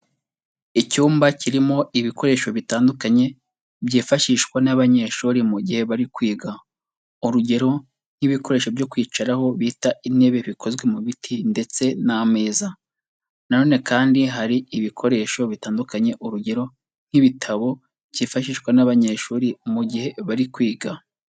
Icyumba kirimo ibikoresho bitandukanye byifashishwa n'abanyeshuri mu gihe bari kwiga, urugero nk'ibikoresho byo kwicaraho bita intebe bikozwe mu biti ndetse n'ameza, na none kandi hari ibikoresho bitandukanye, urugero nk'ibitabo byifashishwa n'abanyeshuri mu gihe bari kwiga.